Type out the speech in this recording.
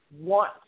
want